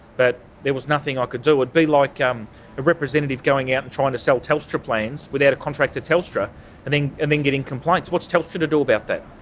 but there was nothing i could do. it would be like um a representative going out and trying to sell telstra plans without a contract to telstra and then and then getting complaints. what's telstra to do about that?